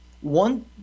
one